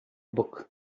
book